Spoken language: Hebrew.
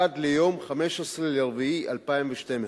עד ליום 15 באפריל 2012,